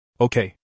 Okay